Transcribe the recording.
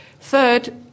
Third